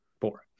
four